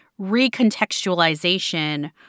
recontextualization